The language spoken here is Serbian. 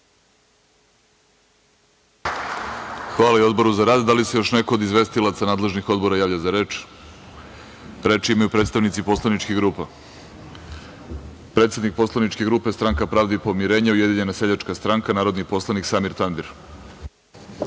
Hvala i Odboru za rad. Da li se još neko od izvestilaca nadležnih odbora javlja za reč? (Ne.)Reč imaju predstavnici poslaničkih grupa. Predsednik poslaničke grupe Stranka pravde i pomirenja, Ujedinjena seljačka stranka, narodni poslanik Samir Tandir. Izvolite.